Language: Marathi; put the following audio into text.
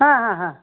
हा हा हा